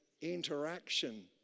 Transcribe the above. interaction